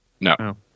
No